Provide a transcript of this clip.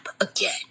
again